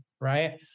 right